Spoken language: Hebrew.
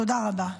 תודה רבה.